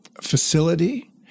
facility